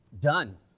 done